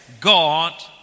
God